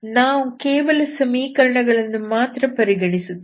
ನಾವು ಕೇವಲ ಸಮೀಕರಣಗಳನ್ನು ಮಾತ್ರ ಪರಿಗಣಿಸುತ್ತೇವೆ